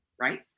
right